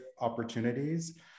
opportunities